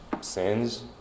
sins